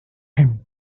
him